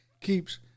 keeps